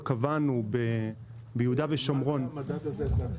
מה זה המדד הזה?